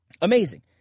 amazing